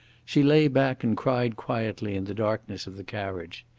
she lay back and cried quietly in the darkness of the carriage.